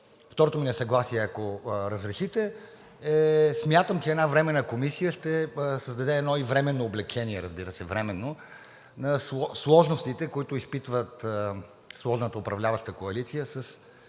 Второто ми несъгласие, ако разрешите – смятам, че една Временна комисия ще създаде и едно временно облекчение, разбира се – временно, на сложностите, които изпитва сложната управляваща коалиция със